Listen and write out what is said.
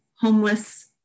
homeless